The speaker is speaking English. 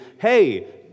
hey